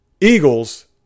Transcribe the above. Eagles